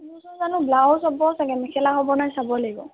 মােৰ ওচৰত জানো ব্লাউজ হ'ব চাগে মেখেলা হ'ব নাই চাব লাগিব